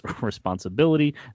responsibility